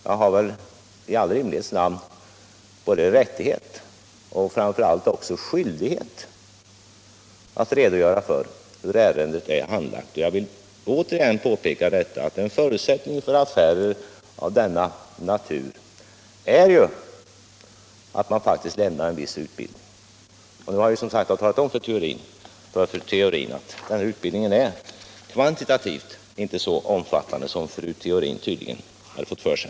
Jag har väl i all rimlighets namn både rättighet och framför allt skyldighet att redogöra för hur ärendet är handlagt. Jag vill återigen påpeka att en förutsättning för affärer av denna natur faktiskt är att man lämnar en viss utbildning. Nu har jag också talat om för fru Theorin att denna utbildning kvantitativt inte är så omfattande som fru Theorin tydligen hade fått för sig.